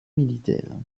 militaire